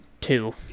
two